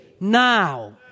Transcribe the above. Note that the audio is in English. now